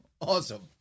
Awesome